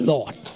Lord